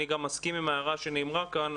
אני גם מסכים עם ההערה שנאמרה כאן.